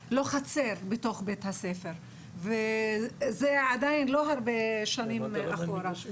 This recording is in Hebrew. היתה לנו חצר בתוך בית-הספר וזה עדיין לא הרבה שנים אחורה.